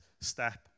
step